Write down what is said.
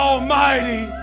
Almighty